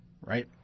right